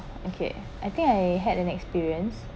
okay I think I had an experience